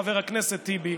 חבר הכנסת טיבי,